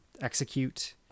execute